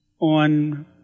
on